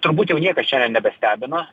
turbūt jau niekas šiandien nebestebina